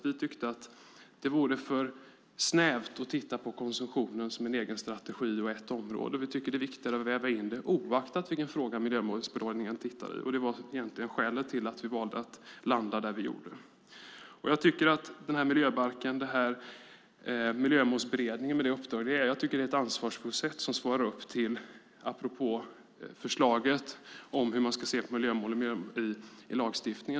Vi tyckte att det vore för snävt att titta på konsumtionen som en egen strategi och ett område. Vi tycker att det är viktigare att väva in det oaktat vilken fråga Miljömålsberedningen tittade på. Det var egentligen skälet till att vi valde att landa där vi gjorde. Jag tycker att miljöbalken och Miljömålsberedningen med det uppdrag den har är någonting ansvarsfullt som svarar upp till det som har sagts apropå förslaget om hur man ska se på miljömålen i lagstiftningen.